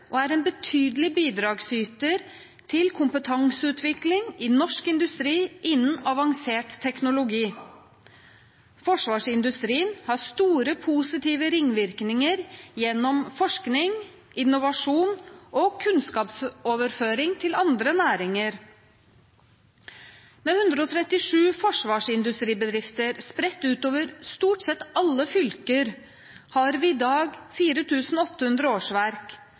og er en betydelig bidragsyter til kompetanseutvikling i norsk industri innen avansert teknologi. Forsvarsindustrien har store, positive ringvirkninger gjennom forskning, innovasjon og kunnskapsoverføring til andre næringer. Med 137 forsvarsindustribedrifter spredt utover stort sett alle fylker har vi i dag 4 800 årsverk,